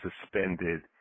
suspended